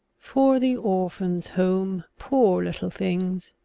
for the orphans' home poor little things.